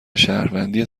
شهروندی